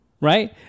Right